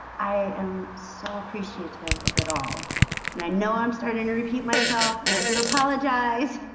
i am so appreciative of it all and i know i'm starting to repeat myself and i can apologize